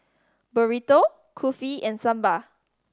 Burrito Kulfi and Sambar